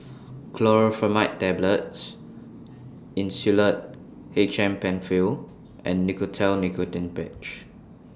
Chlorpheniramine Tablets Insulatard H M PenFill and Nicotinell Nicotine Patch